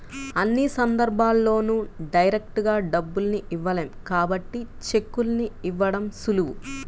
అన్ని సందర్భాల్లోనూ డైరెక్టుగా డబ్బుల్ని ఇవ్వలేం కాబట్టి చెక్కుల్ని ఇవ్వడం సులువు